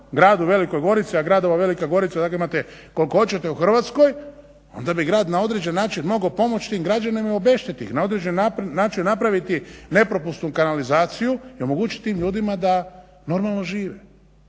gradu Velikoj Gorici, a gradova kao Velika Gorica imate koliko hoćete u Hrvatskoj onda bi grad na određeni način mogao pomoći tim građanima i obeštetiti ih na određeni način napraviti nepropusnu kanalizaciju i omogućiti tim ljudima da normalno žive.